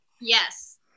Yes